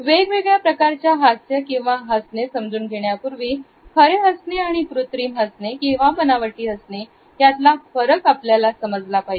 वेगवेगळ्या प्रकारच्या हास्य किंवा हसणे समजून घेण्यापूर्वी खरे हसणे आणि कृत्रिम किंवा बनावटी हसणे यातला फरक आपल्याला समजला पाहिजे